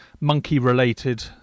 monkey-related